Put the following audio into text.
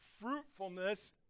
Fruitfulness